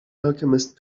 alchemist